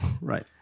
Right